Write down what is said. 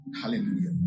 Hallelujah